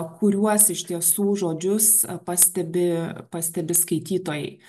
kuriuos iš tiesų žodžius pastebi pastebi skaitytojai